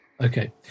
Okay